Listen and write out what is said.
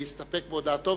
להסתפק בהודעתו,